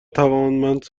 توانمند